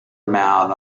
amount